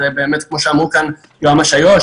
כמו שאמרו כאן יועמ"ש איו"ש,